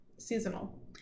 Seasonal